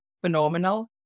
phenomenal